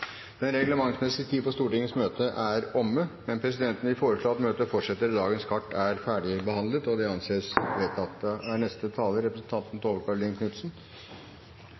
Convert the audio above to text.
Den reglementsmessige tiden for Stortingets møte er omme, men presidenten vil foreslå at møtet fortsetter til dagens kart er ferdigbehandlet. – Det anses vedtatt. Det er